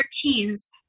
teens